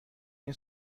این